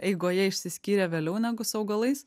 eigoje išsiskyrė vėliau negu su augalais